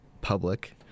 public